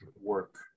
work